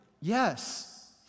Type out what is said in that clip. Yes